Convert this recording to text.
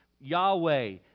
Yahweh